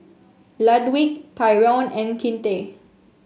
Ludwig Tyrone and Kinte